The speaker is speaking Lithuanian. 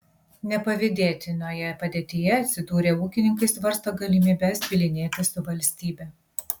nepavydėtinoje padėtyje atsidūrę ūkininkai svarsto galimybes bylinėtis su valstybe